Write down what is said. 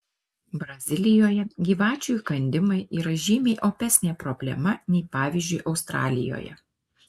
brazilijoje gyvačių įkandimai yra žymiai opesnė problema nei pavyzdžiui australijoje